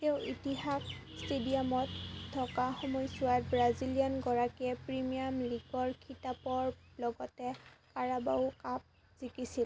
তেওঁ ইতিহাদ ষ্টেডিয়ামত থকা সময়ছোৱাত ব্ৰাজিলিয়ানগৰাকীয়ে প্ৰিমিয়াৰ লীগৰ খিতাপৰ লগতে কাৰাবাও কাপ জিকিছিল